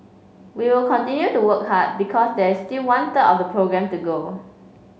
we will continue to work hard because there is still one third of the programme to go